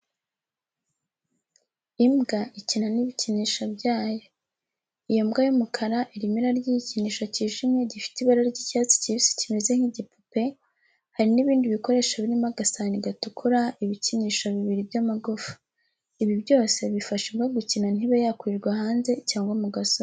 Imbwa ikina n'ibikinisho byayo. Iyo mbwa y'umukara irimo irarya igikinisho cyijimye gifite ibara ry'icyatsi kibisi kimeze nk'igipupe, hari n'ibindi bikoresho birimo agasahani gatukura, ibikinisho bibiri by'amagufa. Ibi byose bifasha imbwa gukina ntibe yakwirirwa hanze cyangwa mu gasozi.